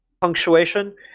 punctuation